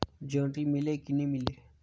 जोणी मीले कि नी मिले?